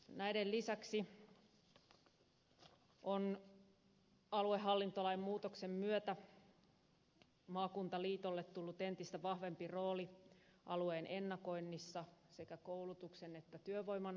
näiden lisäksi on aluehallintolain muutoksen myötä maakuntaliitolle tullut entistä vahvempi rooli alueen ennakoinnissa sekä koulutuksen että työvoiman osalta